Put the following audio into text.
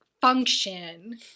function